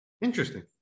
interesting